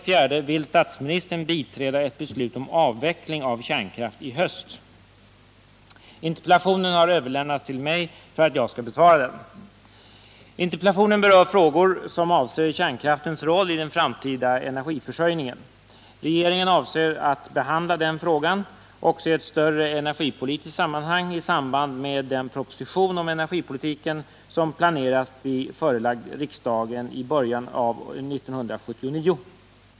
4. Vill statsministern biträda ett beslut om avveckling av kärnkraft i höst? Interpellationen har överlämnats till mig för att jag skall besvara den. Interpellationen berör frågor som avser kärnkraftens roll i den framtida energiförsörjningen. Regeringen avser att behandla den frågan i ett större energipolitiskt sammanhang i samband med den proposition om energipolitiken som planeras bli förelagd riksdagen i början av år 1979.